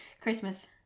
christmas